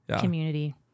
Community